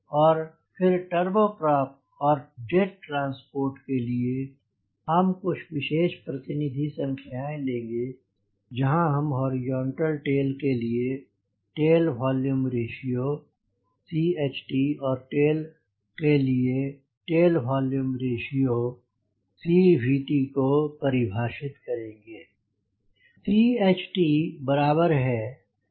और फिर turbo prop और जेट ट्रांसपोर्ट के लिए हम कुछ विशेष प्रतिनिधि संख्याएँ लेंगे जहाँ हम हॉरिजॉन्टल टेल के लिए टेल वोल्यूम रेश्यो CHT और टेल के लिए टेल वोल्यूम रेश्यो CVT को परिभाषित करेंगे